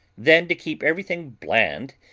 then, to keep everything bland,